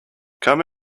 come